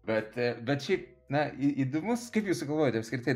bet bet šiaip na į įdomus kaip jūs sugalvojot apskritai